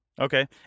Okay